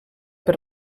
per